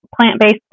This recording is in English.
plant-based